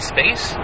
Space